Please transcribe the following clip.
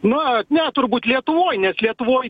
na ne turbūt lietuvoj nes lietuvoj